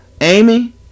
Amy